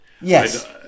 Yes